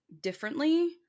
differently